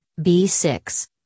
B6